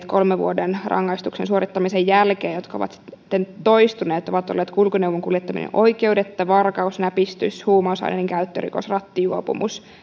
kolmen vuoden rangaistuksen suorittamisen jälkeen yleisimmin nämä rikosnimikkeet jotka ovat sitten toistuneet ovat olleet kulkuneuvon kuljettaminen oikeudetta varkaus näpistys huumausaineiden käyttörikos rattijuopumus